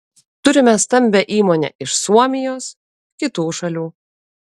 turime stambią įmonę iš suomijos kitų šalių